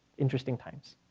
interesting times.